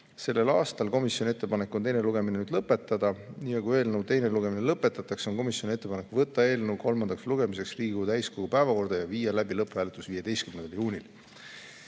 sellel aastal. Komisjoni ettepanek on teine lugemine lõpetada. Kui eelnõu teine lugemine lõpetatakse, on komisjoni ettepanek võtta eelnõu kolmandaks lugemiseks Riigikogu täiskogu päevakorda ja viia läbi lõpphääletus 15. juunil.